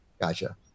Gotcha